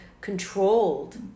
controlled